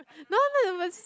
no no it was